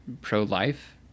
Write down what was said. pro-life